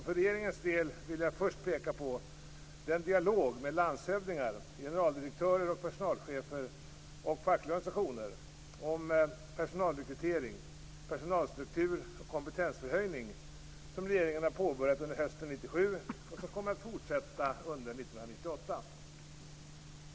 För regeringens del vill jag först peka på den dialog med landshövdingar, generaldirektörer, personalchefer och fackliga organisationer om personalrekrytering, personalstruktur och kompetensförhöjning som regeringen har påbörjat under hösten 1997 och som kommer att fortsätta under 1998.